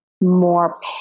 more